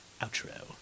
outro